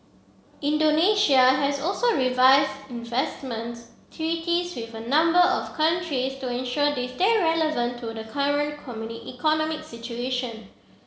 Indonesia has also revised investment treaties with a number of countries to ensure they stay relevant to the current economic situation